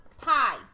pie